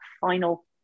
final